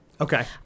okay